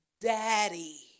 Daddy